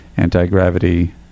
anti-gravity